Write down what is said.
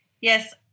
Yes